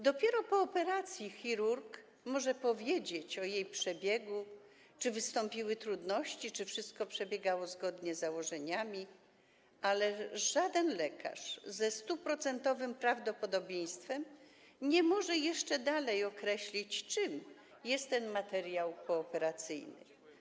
Dopiero po operacji chirurg może powiedzieć o jej przebiegu, czy wystąpiły trudności, czy wszystko przebiegało zgodnie z założeniami, ale żaden lekarz ze 100-procentowym prawdopodobieństwem nie może jeszcze dalej określić, czym jest ten materiał pooperacyjny.